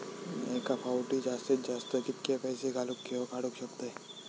मी एका फाउटी जास्तीत जास्त कितके पैसे घालूक किवा काडूक शकतय?